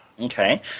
Okay